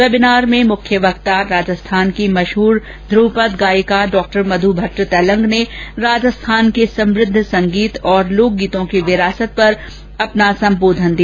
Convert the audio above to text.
webinar में मुख्य वक्ता राजस्थान की मशहूर धूवपद गायिका डॉक्टर मध् भट्ट तैलंग ने राजस्थान के समुद्ध संगीत और लोक गीतों की विरासत पर अपना संबोधन दिया